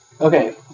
Okay